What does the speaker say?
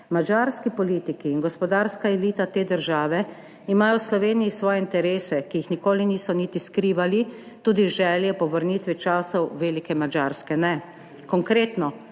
Madžarski politiki in gospodarska elita te države imajo v Sloveniji svoje interese, ki jih nikoli niso niti skrivali, tudi želje po vrnitvi časov velike Madžarske ne. Konkretno,